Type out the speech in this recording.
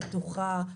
בטוחה,